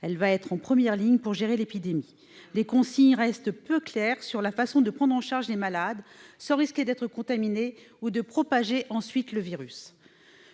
Celle-ci sera en première ligne pour gérer l'épidémie. Les consignes restent peu claires sur la façon de prendre en charge les malades sans risquer d'être contaminé ou de propager ensuite le virus.